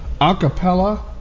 Acapella